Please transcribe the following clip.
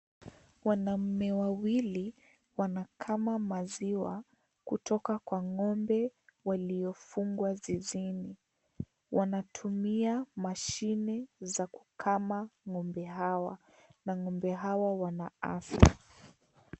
Wanaume wawili wanakama maziwa kutoka kwa ng'ombe waliofungwa zizini. Wanatumia mashine za kukama ng'ombe hawa na ng'ombe hawa wana afya.